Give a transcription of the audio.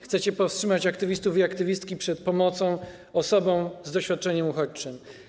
Chcecie powstrzymać aktywistów i aktywistki przed pomocą osobom z doświadczeniem uchodźczym.